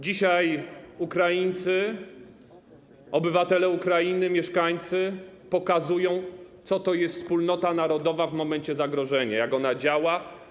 Dzisiaj Ukraińcy, obywatele Ukrainy, mieszkańcy pokazują, czym jest wspólnota narodowa w momencie zagrożenia, jak ona działa.